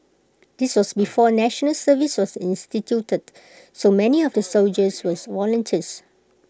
this was before National Service was instituted so many of the soldiers were volunteers